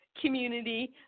community